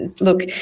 look